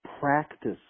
practice –